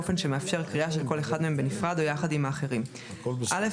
באופן שמאפשר קריאה של כל אחד מהם בנפרד או יחד עם האחרים: רצועת